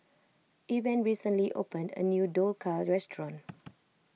Evan recently opened a new Dhokla restaurant